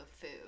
food